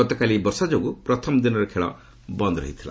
ଗତକାଲି ବର୍ଷା ଯୋଗୁଁ ପ୍ରଥମ ଦିନର ଖେଳ ବନ୍ଦ ରହିଥିଲା